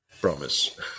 Promise